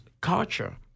culture